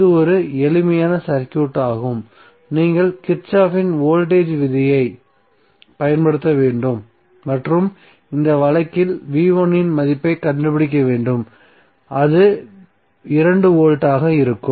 இது ஒரு எளிமையான சர்க்யூட் ஆகும் நீங்கள் கிர்ச்சோஃப்பின் வோல்டேஜ் விதியை Kirchhoffs voltage law பயன்படுத்த வேண்டும் மற்றும் இந்த வழக்கில் இன் மதிப்பைக் கண்டுபிடிக்க வேண்டும்அது 2 வோல்ட் ஆக இருக்கும்